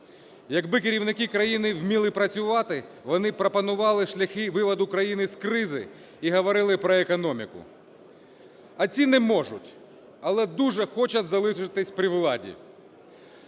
Якби керівники країни вміли працювати, вони пропонували шляхи виводу України з кризи і говорили про економіку, а ці не можуть, але дуже хочуть залишитись при владі.